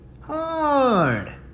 hard